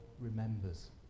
remembers